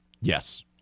yes